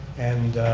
and